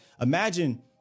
Imagine